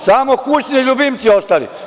Samo kućni ljubimci ostali.